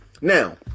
Now